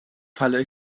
falle